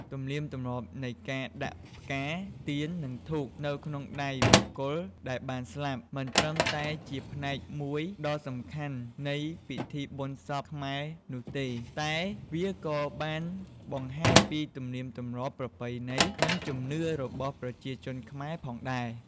ទំនៀមទម្លាប់នៃការដាក់ផ្កា ទៀន និងធូបនៅក្នុងដៃបុគ្គលដែលបានស្លាប់ មិនត្រឹមតែជាផ្នែកមួយដ៏សំខាន់នៃពិធីបុណ្យសពខ្មែរនោះទេ តែវាក៏បានបង្ហាញពីទំនៀមទម្លាប់ប្រពៃណី និងជំនឿរបស់ប្រជាជនខ្មែរផងដែរ ។